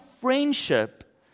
friendship